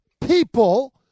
people